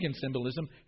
symbolism